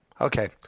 Okay